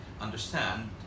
Understand